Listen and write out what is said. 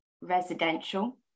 residential